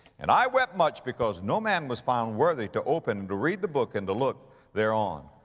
and i wept much, because no man was found worthy to open, to read the book, and to look thereon.